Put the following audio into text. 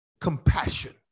Compassion